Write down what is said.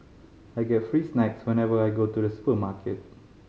I get free snacks whenever I go to the supermarket